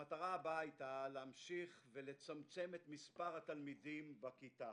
המטרה הבאה היתה להמשיך ולצמצם את מספר התלמידים בכיתה.